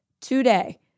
today